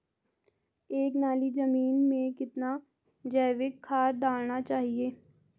एक नाली जमीन में कितना जैविक खाद डालना चाहिए?